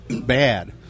Bad